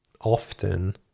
often